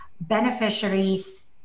beneficiaries